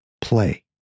play